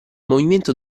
movimento